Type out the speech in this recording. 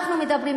אנחנו מדברים,